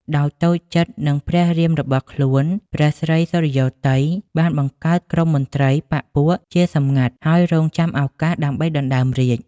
ដោយតូចចិត្តនិងព្រះរាមរបស់ខ្លួន ព្រះស្រីសុរិយោទ័យ បានបង្កើតក្រុមមន្ត្រីបក្សពួកជាសម្ងាត់ហើយរងចាំឱកាសដើម្បីដណ្ដើមរាជ្យ ។